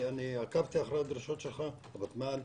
אני עקבתי אחרי הדרישות שלך, הוותמ"ל.